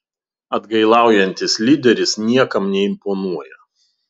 atgailaujantis lyderis niekam neimponuoja